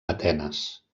atenes